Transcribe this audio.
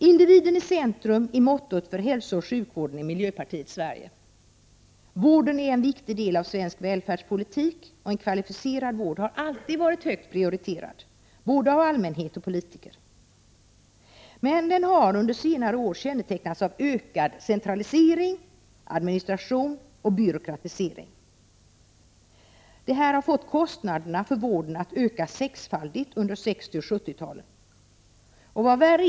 Individen i centrum är mottot för hälsooch sjukvården i miljöpartiets Sverige. Vården är en viktig del av svensk välfärdspolitik. En kvalificerad vård har alltid varit högt prioriterad, både av allmänhet och politiker. Den har dock under senare år kännetecknats av ökad centralisering, administration och byråkratisering. Detta har fått kostnaderna för vården att öka sexfaldigt under 1960 och 1970-talen.